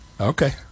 Okay